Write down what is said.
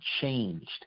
changed